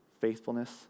faithfulness